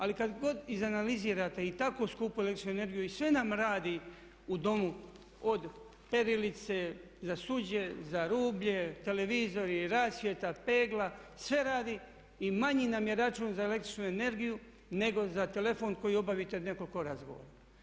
Ali kada god izanalizirate i tako skupu električnu energiju i sve nam radu u domu od perilice za suđe, za rublje, televizori, rasvjeta, pegla, sve radi i manji nam je račun za električnu energiju nego za telefon koji obavite nekoliko razgovora.